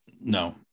No